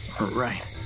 right